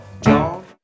John